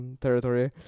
territory